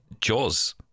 JAWS